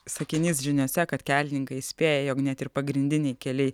sakinys žiniose kad kelininkai įspėja jog net ir pagrindiniai keliai